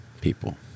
people